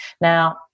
Now